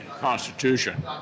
Constitution